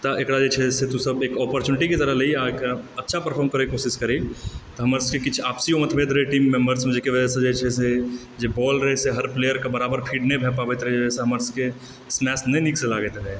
तऽ एकरा जे छै तू सब एकटा ऑपर्टूनिटीके तरह लीही आ एकरा अच्छा परफोर्म करएके कोशिश करही तऽ हमर सबके किछु आपसियो मतभेद रहए टीम मेंबेर्समे जाहिके वजहसंँ जे छै से जे बॉल रहए से हर प्लेअरके बराबर फीड नहि भए पाबैत रहए जाहिसँ हमर सबके स्मैश नहि नीकसँ लागैत रहए